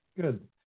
good